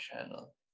channel